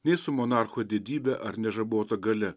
nei su monarcho didybe ar nežabota galia